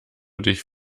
dich